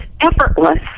effortless